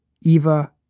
Eva